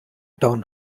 town